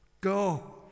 Go